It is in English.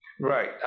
Right